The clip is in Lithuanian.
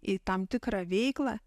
į tam tikrą veiklą